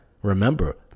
Remember